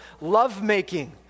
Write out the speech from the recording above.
lovemaking